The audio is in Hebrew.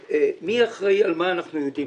מי אחראי על מה, היום אנחנו יודעים.